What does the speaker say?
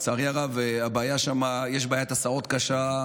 לצערי הרב יש שם גם בעיית הסעות קשה,